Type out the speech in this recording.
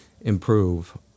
improve